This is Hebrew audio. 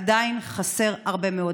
עדיין חסר הרבה מאוד.